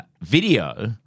video